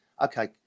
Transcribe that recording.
okay